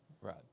Right